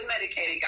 medicated